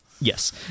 Yes